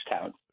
count